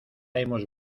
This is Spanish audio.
hemos